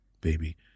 baby